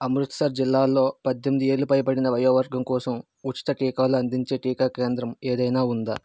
అమృత్సర్ జిల్లాల్లో పద్దెమ్ది ఏళ్ళు పైబడిన వయోవర్గం కోసం ఉచిత టీకాలు అందించే టీకా కేంద్రం ఏదైనా ఉందా